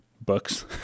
books